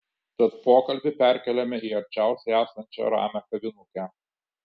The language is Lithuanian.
tad pokalbį perkeliame į arčiausiai esančią ramią kavinukę